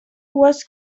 was